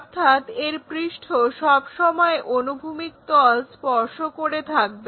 অর্থাৎ এর পৃষ্ঠ সবসময় অনুভূমিক তল স্পর্শ করে থাকবে